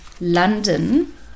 London